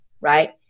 right